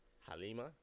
Halima